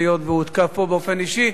היות שהוא הותקף פה באופן אישי.